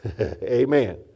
Amen